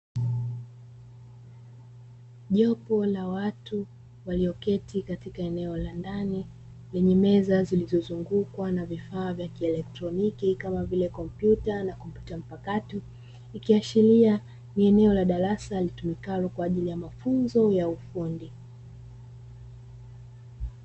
Jopo la watu walioketi katika eneo la ndani lenye meza zilizozungukwa na vifaa vya kieletroniki kama vile kompyuta na kompyuta mpakato. Ikiashiria ni eneo la darasa litumikalo kwa ajili ya mafunzo ya ufundi.